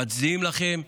מצדיעים לכם,